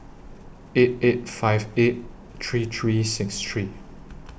eight eight five eight three three six three